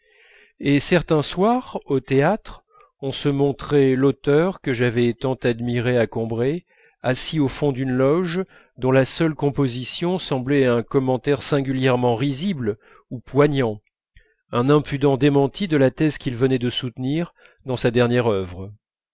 et certains soirs au théâtre on se montrait l'auteur que j'avais tant admiré à combray assis au fond d'une loge dont la seule composition semblait un commentaire singulièrement risible ou poignant un impudent démenti de la thèse qu'il venait de soutenir dans sa dernière œuvre